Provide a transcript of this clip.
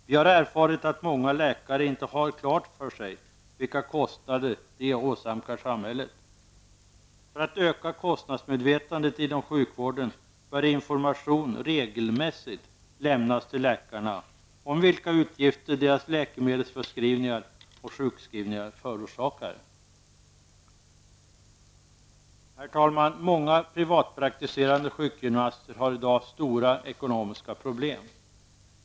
Vi har erfarit att många läkare inte har klart för sig vilka kostnader de åsamkar samhället. För att öka kostnadsmedvetandet inom sjukvården bör information regelmässigt lämnas till läkarna om vilka utgifter deras läkemedelsförskrivningar och sjukskrivningar förorsakar. Herr talman! Många privatpraktiserande sjukgymnaster har i dag stora ekonomiska problem.